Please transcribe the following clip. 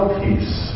peace